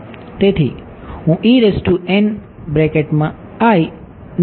તેથી હું ને નીચેના ફોર્મમાં લખીશ